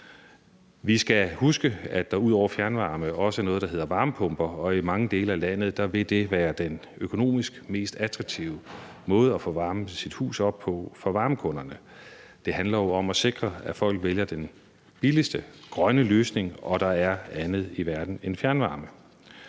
Vi skal huske, at der ud over fjernvarme også er noget, der hedder varmepumper, og i mange dele af landet vil det være den økonomisk mest attraktive måde at få varmet sit hus op på for varmekunderne. Det handler jo om at sikre, at folk vælger den billigste grønne løsning, og der er andet i verden end fjernvarme.